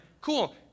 Cool